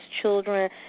children